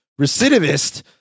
recidivist